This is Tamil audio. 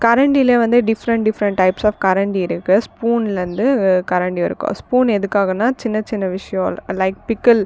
கரண்டியில் வந்து டிஃப்ரெண்ட் டிஃப்ரெண்ட் டைப்ஸ் ஆஃப் கரண்டி இருக்குது ஸ்பூனில் இருந்து கரண்டி வரைக்கும் ஸ்பூன் எதுக்காகன்னா சின்ன சின்ன விஷயம் லைக் பிக்குல்